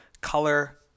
color